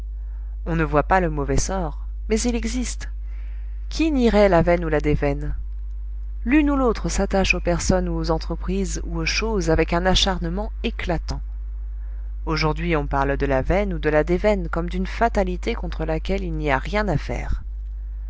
on ne voit pas le mauvais sort mais il existe qui nierait la veine ou la déveine l'une ou l'autre s'attache aux personnes ou aux entreprises ou aux choses avec un acharnement éclatant aujourd'hui on parle de la veine ou de la déveine comme d'une fatalité contre laquelle il n'y a rien à faire